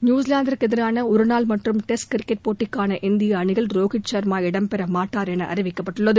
நியூசிலாந்துக்கு எதிரான ஒருநாள் மற்றும் டெஸ்ட் கிரிக்கெட் போட்டிக்கான இந்திய அணியில் ரோஹித் சர்மா இடம்பெற மாட்டார் என அறிவிக்கப்பட்டுள்ளது